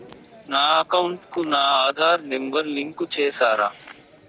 నా అకౌంట్ కు నా ఆధార్ నెంబర్ లింకు చేసారా